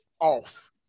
off